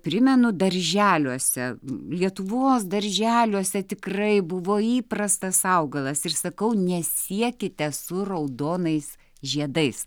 primenu darželiuose lietuvos darželiuose tikrai buvo įprastas augalas ir sakau nesiekite su raudonais žiedais